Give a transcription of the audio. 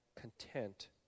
content